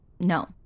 No